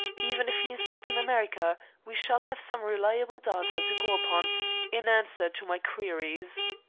even if he is not in america we shall have some reliable data to go upon in answer to my queries.